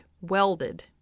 welded